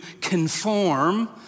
conform